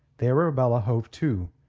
the arabella hove to,